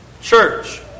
church